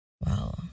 Wow